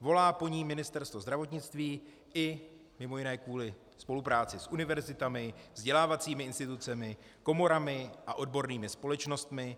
Volá po ní Ministerstvo zdravotnictví i mj. kvůli spolupráci s univerzitami, vzdělávacími institucemi, komorami a odbornými společnostmi.